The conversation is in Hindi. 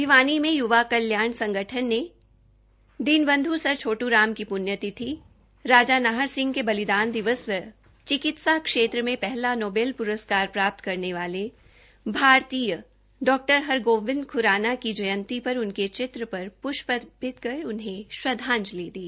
भिवानी में युवा कल्याण संगठन ने दीनबंध सर छोटराम की पृण्यतिथि राजा नाहर सिंह के बलिदान दिवस व चिकित्सा क्षेत्र में पहला नोबल पुरस्कार प्राप्त करने वाले भारतीय डॉ हरगोविंद खुराना की जयंती पर उनके चित्र पर पुष्ट अर्पित कर उन्हें श्रद्धांजलि दी